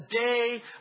day